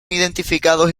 identificados